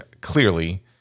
clearly